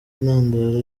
intandaro